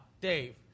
Dave